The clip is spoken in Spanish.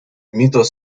mitos